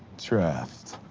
trust.